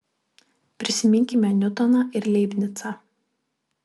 prisiminkime niutoną ir leibnicą